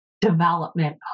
development